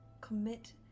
Commit